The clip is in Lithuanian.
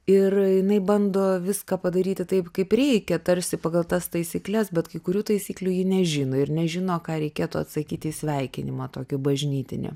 ir jinai bando viską padaryti taip kaip reikia tarsi pagal tas taisykles bet kai kurių taisyklių ji nežino ir nežino ką reikėtų atsakyti į sveikinimą tokį bažnytinį